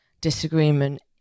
disagreement